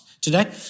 Today